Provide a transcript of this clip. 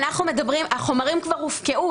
החומרים כבר הופקעו,